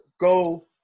go